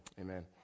Amen